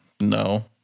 no